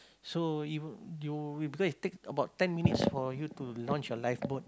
so if you it because it take about ten minutes for you to launch your life boat